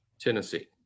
tennessee